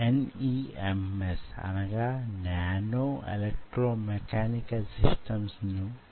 ఎంత తక్కువంటే మ్యో ట్యూబ్స్ దిగువకు చేరుకుని కాంటిలివర్ గమనాన్ని నిరోధించగలవు